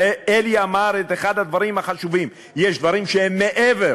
אלי אמר את אחד הדברים החשובים: יש דברים שהם מעבר